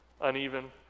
uneven